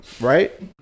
Right